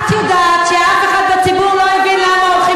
את יודעת שאף אחד בציבור לא הבין למה הולכים